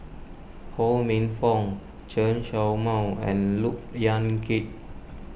Ho Minfong Chen Show Mao and Look Yan Kit